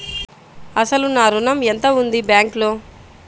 అసలు నా ఋణం ఎంతవుంది బ్యాంక్లో?